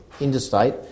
interstate